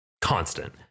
constant